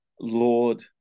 Lord